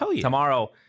tomorrow